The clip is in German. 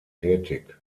tätig